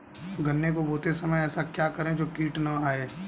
गन्ने को बोते समय ऐसा क्या करें जो कीट न आयें?